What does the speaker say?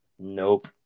Nope